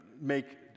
make